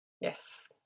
Yes